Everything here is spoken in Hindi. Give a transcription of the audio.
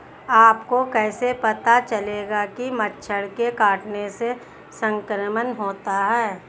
आपको कैसे पता चलेगा कि मच्छर के काटने से संक्रमण होता है?